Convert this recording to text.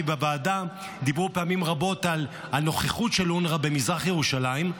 כי בוועדה דיברו פעמים רבות על הנוכחות של אונר"א במזרח ירושלים.